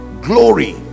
glory